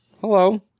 Hello